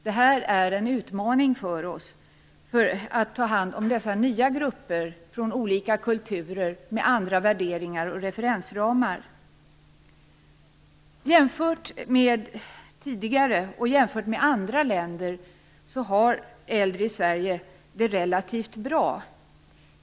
Det här är en utmaning för oss, att ta hand om dessa nya grupper från olika kulturer och med andra värderingar och referensramar. Jämfört med tidigare, och jämfört med andra länder, har äldre i Sverige det relativt bra.